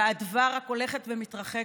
והאדווה רק הולכת ומתרחקת.